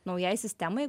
naujai sistemai